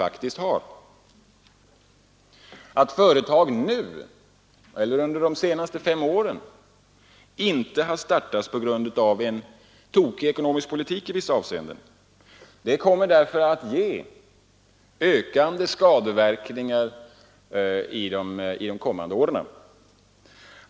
Att företag nu — liksom under de senaste fem åren — inte startas på grund av en tokig ekonomisk politik i vissa avseenden kommer därför att ge ökande skadeverkningar under de kommande åren.